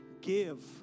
Give